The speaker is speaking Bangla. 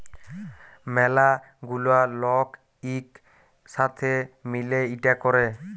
ম্যালা গুলা লক ইক সাথে মিলে ইটা ক্যরে